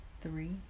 three